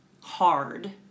hard